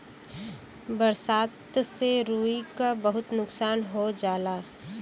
बरसात से रुई क बहुत नुकसान हो जाला